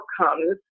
outcomes